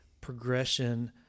progression